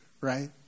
right